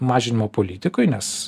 mažinimo politikui nes